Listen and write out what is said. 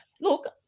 Look